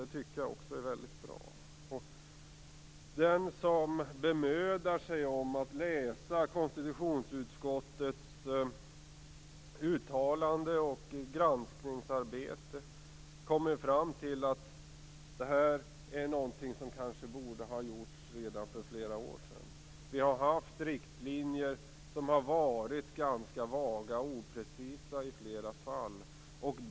Det tycker jag också är väldigt bra. Den som bemödar sig om att läsa konstitutionsutskottets uttalande och granskningsarbete, kommer fram till att det här är något som kanske borde ha gjorts redan för flera år sedan. Vi har haft riktlinjer som har varit ganska vaga och oprecisa i flera fall.